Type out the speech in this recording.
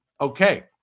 Okay